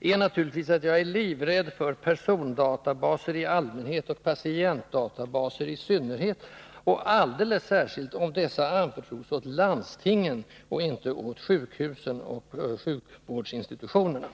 är naturligtvis att jag är livrädd för persondatabaser i allmänhet och patientdatabaser i synnerhet — alldeles särskilt om dessa anförtros åt landstingen och inte åt sjukhusen och sjukvårdsinstitutionerna.